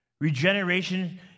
Regeneration